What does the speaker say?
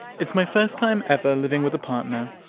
it's my first time ever living with a partner,